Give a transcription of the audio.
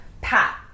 Pat